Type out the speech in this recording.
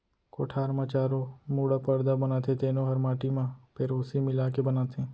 कोठार म चारों मुड़ा परदा बनाथे तेनो हर माटी म पेरौसी मिला के बनाथें